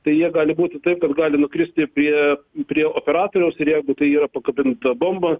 tai jie gali būti taip kad gali nukristi prie prie operatoriaus ir jeigu tai yra pakabinta bomba